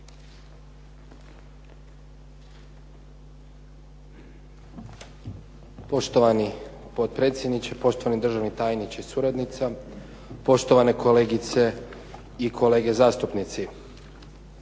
Poštovani potpredsjedniče, poštovani državni tajniče sa suradnicom, poštovane kolegice i kolege zastupnici.